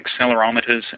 accelerometers